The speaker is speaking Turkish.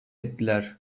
ettiler